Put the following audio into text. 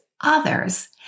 others